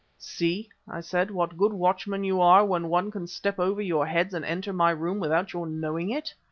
see, i said, what good watchmen you are when one can step over your heads and enter my room without your knowing it!